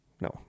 No